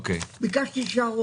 ביקשתי שיישארו